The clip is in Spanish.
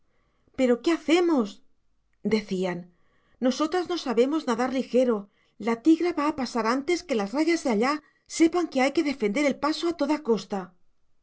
pero qué hacemos decían nosotras no sabemos nadar ligero la tigra va a pasar antes que las rayas de allá sepan que hay que defender el paso a toda costa